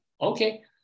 okay